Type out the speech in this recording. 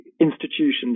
institutions